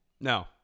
No